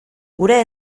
gure